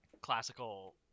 classical